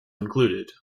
included